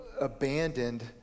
abandoned